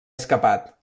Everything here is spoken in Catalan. escapat